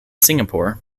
singapore